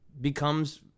becomes